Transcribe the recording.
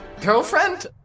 Girlfriend